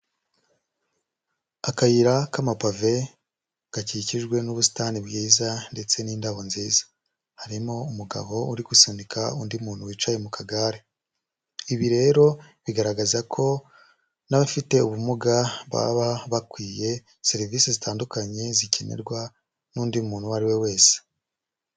Akayira k'amapave gakikijwe n'ubusitani bwiza ndetse n'indabo nziza. Harimo umugabo uri gusunika undi muntu wicaye mu kagare. Ibi rero bigaragaza ko n'abafite ubumuga baba bakwiye serivisi zitandukanye zikenerwa n'undi muntu uwo ari we wese.